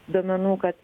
duomenų kad